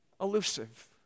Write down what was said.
elusive